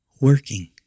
working